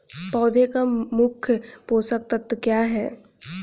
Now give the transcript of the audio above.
पौधे का मुख्य पोषक तत्व क्या हैं?